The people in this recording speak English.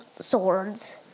swords